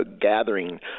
gathering